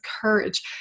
courage